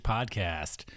Podcast